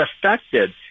affected